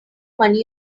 money